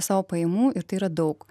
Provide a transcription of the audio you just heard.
savo pajamų ir tai yra daug